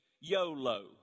YOLO